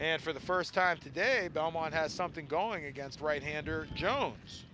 and for the first time today belmont has something going against right hander jones